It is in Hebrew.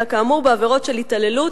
אלא כאמור בעבירות של התעללות,